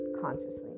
consciously